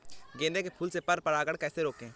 गेंदे के फूल से पर परागण कैसे रोकें?